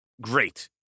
great